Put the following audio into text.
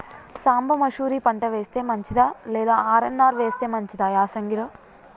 సాంబ మషూరి పంట వేస్తే మంచిదా లేదా ఆర్.ఎన్.ఆర్ వేస్తే మంచిదా యాసంగి లో?